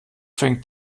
fängt